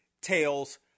Tails